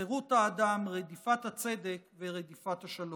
חירות האדם, רדיפת הצדק ורדיפת השלום.